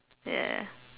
ya